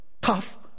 tough